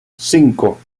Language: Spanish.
cinco